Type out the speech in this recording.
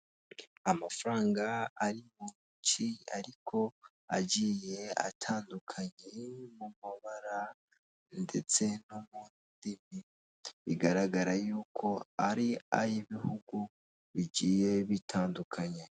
Amafaranga ari mu bice ariko agiye atandukanye mu mabara ndetse no mu ndimi bigaragara y'uko ari ay'ibihugu bigiye bitandukanye.